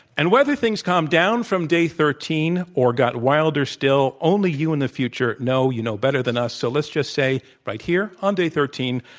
and whether things calm down from day thirteen or got wilder still, only you in the future know. you know better than us. so, let's just say right here on day thirteen,